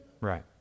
Right